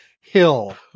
Hill